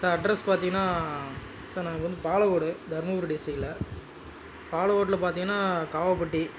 sir address பார்த்திங்ன்னா sir நாங்கள் வந்து பாலக்கோடு தருமபுரி டிஸ்ட்டிக்ல பாலக்கோட்டில் பார்த்திங்கன்னா காவப்பட்டி